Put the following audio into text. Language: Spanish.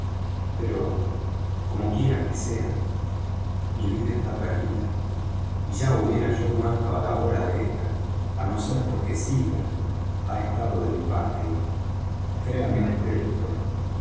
pero como quiera que sea mi vida está perdida y ya hubiera yo muerto á la hora de esta á no ser porque silver ha estado de mi parte y créame